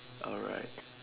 alright